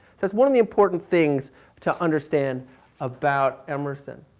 that's one of the important things to understand about emerson.